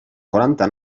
quaranta